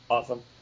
Awesome